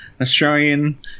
Australian